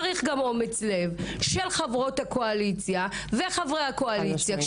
צריך גם אומץ לב של חברות הקואליציה וחברי הקואליציה,